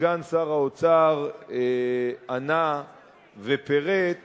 שסגן שר האוצר ענה ופירט